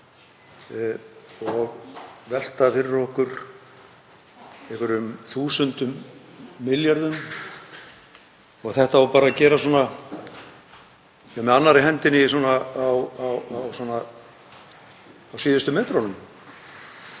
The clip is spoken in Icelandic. og velta fyrir okkur einhverjum þúsundum milljarða og þetta á bara að gera svona með annarri hendinni á síðustu metrunum.